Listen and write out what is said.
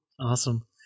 awesome